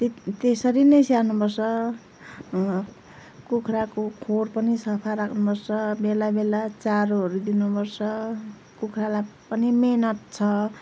त्य त्यसरी नै स्याहार्नुपर्छ कुखुराको खोर पनि सफा राख्नुपर्छ बेला बेला चारोहरू दिनुपर्छ कुखुरालाई पनि मिहिनेत छ